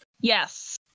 Yes